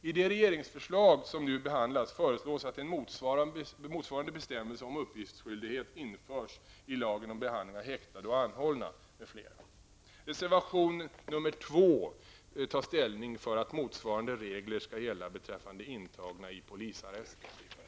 I det regeringsförslag som nu behandlas föreslås att en motsvarande bestämmelse om uppgiftsskyldighet införs i lagen om behandling av häktade och anhållna m.fl. Reservation 2, tar ställning för att motsvarande regler skall gälla beträffande intagna i polisarrester.